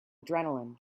adrenaline